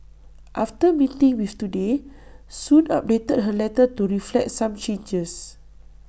after meeting with Today Soon updated her letter to reflect some changes